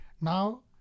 Now